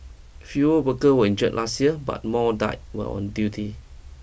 fewer workers were injured last year but more died while on duty